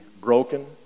broken